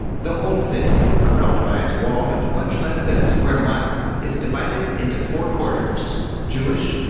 the old city, corralled by its wall into much less than a square mile, is divided into four quarters jewish,